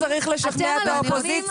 עכשיו צריך לשכנע את האופוזיציה.